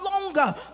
longer